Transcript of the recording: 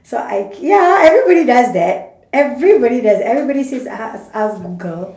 so I ya everybody does that everybody does that everybody says ask ask google